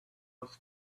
was